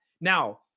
Now